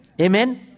Amen